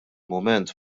mument